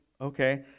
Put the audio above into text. okay